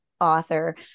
author